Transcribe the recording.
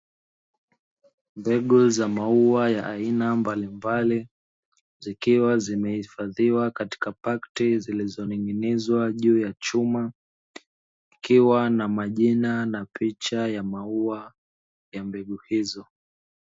Mbegu za maua ya aina mbalimbali zikiwa zimehifadhiwa katika pakti zilizoning'inizwa ju ya chuma zikiwa na majina na picha ya maua ya mbegu hizo.